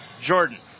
Jordan